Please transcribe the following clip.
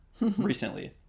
recently